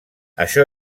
això